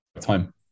time